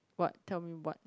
what tell me what